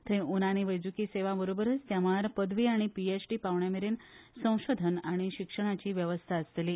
थंय उनानी वैजकी सेवाबरोबर त्या मळार पदवी आनी पी एच डी पांवड्यामेरेन संशोधन आनी शिक्षणाची वेवस्था आसतली